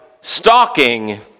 stalking